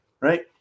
right